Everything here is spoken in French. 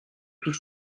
tout